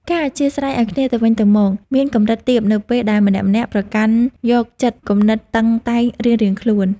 ការអធ្យាស្រ័យឱ្យគ្នាទៅវិញទៅមកមានកម្រិតទាបនៅពេលដែលម្នាក់ៗប្រកាន់យកចិត្តគំនិតតឹងតែងរៀងៗខ្លួន។